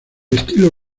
estilo